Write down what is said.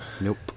nope